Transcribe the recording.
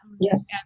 yes